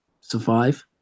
survive